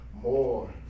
more